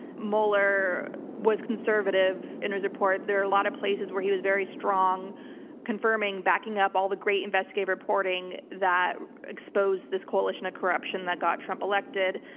mueller was conservative in his report. there are a lot of places where he was very strong confirming, backing up all the great investigative reporting that exposed this coalition of corruption that got trump elected.